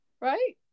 Right